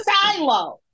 silo